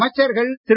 அமைச்சர்கள் திரு